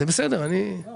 לו